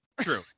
True